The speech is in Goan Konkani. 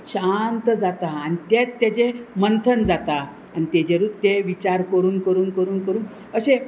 शांत जाता आनी तेत तेजें मंथन जाता आनी तेजेरूच ते विचार करून करून करून करून अशें